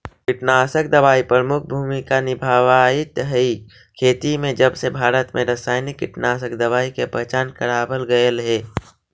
कीटनाशक दवाई प्रमुख भूमिका निभावाईत हई खेती में जबसे भारत में रसायनिक कीटनाशक दवाई के पहचान करावल गयल हे